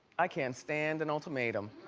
i can't stand an ultimatum.